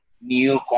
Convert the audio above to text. new